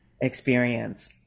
experience